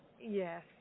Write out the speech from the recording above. Yes